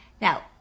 Now